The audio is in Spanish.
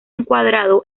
encuadrado